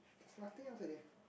floating of the day